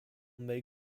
may